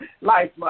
life